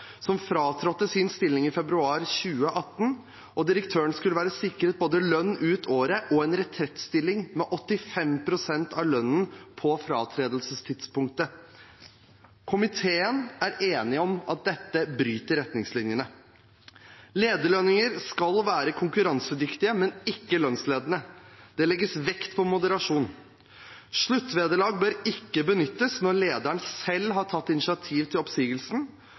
som fratrådte sin stilling i februar 2018. Direktøren skulle være sikret både lønn ut året og en retrettstilling med 85 pst. av lønnen på fratredelsestidspunktet. Komiteen er enig om at dette bryter retningslinjene. Lederlønninger skal være konkurransedyktige, men ikke lønnsledende. Det legges vekt på moderasjon. Sluttvederlag bør ikke benyttes når lederen selv har tatt initiativ til oppsigelsen,